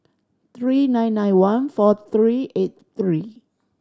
three nine nine one four three eight three